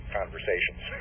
conversations